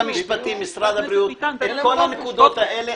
משרד הבריאות את כל הנקודות האלה,